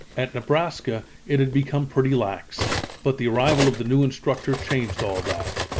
at nebraska it had become pretty lax but the arrival of the new instructor changed all that.